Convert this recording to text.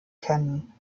kennen